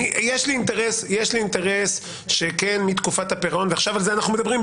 יש לי אינטרס שמתקופת הפירעון ועכשיו על זה אנחנו מדברים,